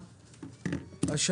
צוהריים טובים.